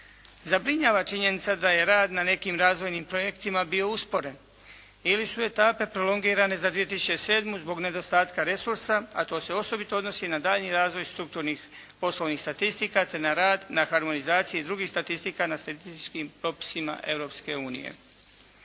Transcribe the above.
Zabrinjava činjenica da je rad na nekim razvojnim projektima bio usporen ili su etape prolongirane za 2007. zbog nedostatka resursa, a to se osobito odnosi na daljnji razvoj strukturnih poslovnih statistika, te na rad, na harmonizaciji drugih statistika, na statističkim propisima